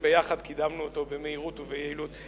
שביחד קידמנו אותו במהירות וביעילות,